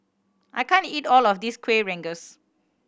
I can't eat all of this Kueh Rengas